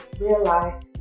realize